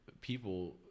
people